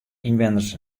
ynwenners